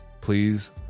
Please